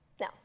No